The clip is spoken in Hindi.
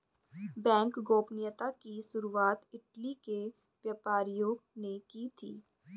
बैंक गोपनीयता की शुरुआत इटली के व्यापारियों ने की थी